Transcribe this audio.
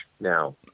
now